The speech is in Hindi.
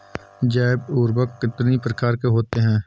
जैव उर्वरक कितनी प्रकार के होते हैं?